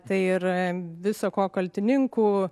tai ir viso ko kaltininku